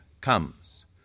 comes